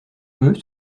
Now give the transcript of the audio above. eux